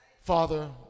Father